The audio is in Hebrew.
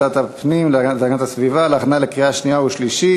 לוועדת הפנים והגנת הסביבה להכנה לקריאה שנייה ושלישית.